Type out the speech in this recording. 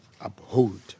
uphold